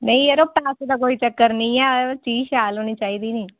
नेईं जरो पैसे दा कोई चक्कर निं ऐ बा चीज शैल होनी चाहिदी निं